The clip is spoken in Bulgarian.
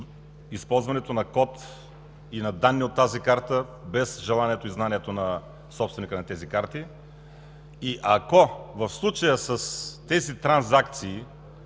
използването на код и данни от тази карта без желанието и знанието на собственика на картите. Ако в случая с тези транзакции